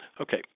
Okay